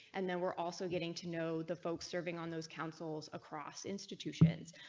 and then we're also getting to know the folks serving on those councils across institutions.